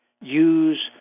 use